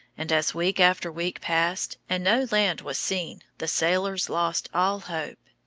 and as week after week passed and no land was seen, the sailors lost all hope.